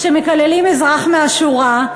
כשמקללים אזרח מהשורה,